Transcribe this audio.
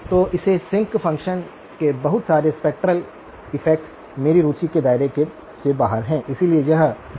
तो इस sinc function के बहुत सारे स्पेक्ट्रल इफेक्ट्स मेरी रुचि के दायरे से बाहर हैं इसलिए यह Ts से Ts है